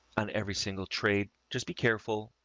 on every single trade. just be careful.